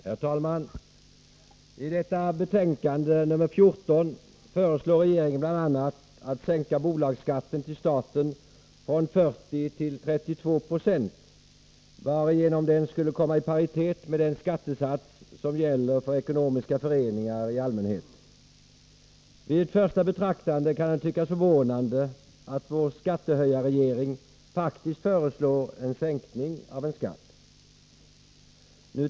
Herr talman! I detta betänkande, nr 14, föreslår regeringen bl.a. att bolagsskatten till staten skall sänkas från 40 till 32 26, varigenom den skulle komma i paritet med den skattesats som gäller för ekonomiska föreningar i allmänhet. Vid ett första betraktande kan det tyckas förvånande att vår skattehöjarregering faktiskt föreslår en sänkning av en skatt.